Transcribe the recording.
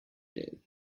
tale